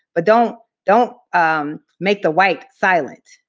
but don't don't make the white silent,